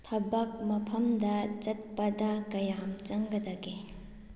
ꯊꯕꯛ ꯃꯐꯝꯗ ꯆꯠꯄꯗ ꯀꯌꯥꯝ ꯆꯪꯒꯗꯒꯦ